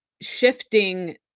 shifting